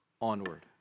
onward